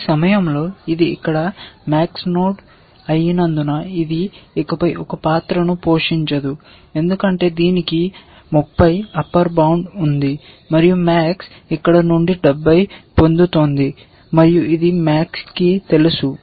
ఈ సమయంలో ఇది ఇక్కడ max నోడ్ అయినందున ఇది ఇకపై ఒక పాత్ర ను పోషించదు ఎందుకంటే దీనికి 30 అప్పర్ బౌండ్ ఉంది మరియు max ఇక్కడ నుండి 70 పొందుతోంది మరియు ఇది మాక్స్ కి తెలుసు